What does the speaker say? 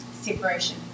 separation